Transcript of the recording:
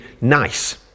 nice